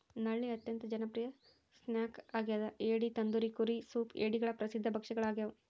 ನಳ್ಳಿ ಅತ್ಯಂತ ಜನಪ್ರಿಯ ಸ್ನ್ಯಾಕ್ ಆಗ್ಯದ ಏಡಿ ತಂದೂರಿ ಕರಿ ಸೂಪ್ ಏಡಿಗಳ ಪ್ರಸಿದ್ಧ ಭಕ್ಷ್ಯಗಳಾಗ್ಯವ